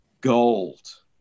gold